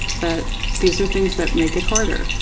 that these are things that make it harder.